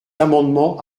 amendement